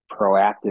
proactive